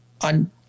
on